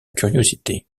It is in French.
curiosité